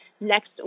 next